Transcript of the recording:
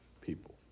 people